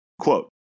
Quote